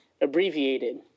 abbreviated